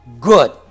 good